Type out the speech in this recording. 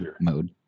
mode